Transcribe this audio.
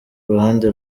ruhande